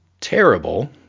terrible